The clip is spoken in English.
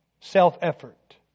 Self-effort